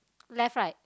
left right